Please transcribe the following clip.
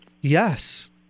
Yes